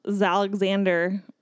Alexander